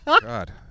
God